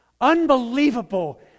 unbelievable